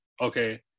okay